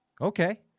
okay